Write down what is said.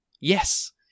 Yes